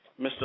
Mr